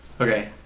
Okay